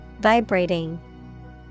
Vibrating